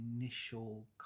initial